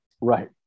Right